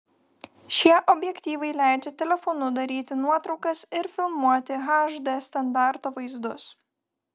šie objektyvai leidžia telefonu daryti nuotraukas ir filmuoti hd standarto vaizdus